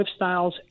lifestyles